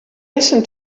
listen